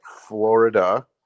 Florida